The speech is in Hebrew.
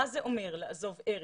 צריך לדעת מה זה אומר לעזוב ארץ,